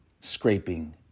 scraping